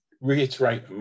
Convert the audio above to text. Reiterate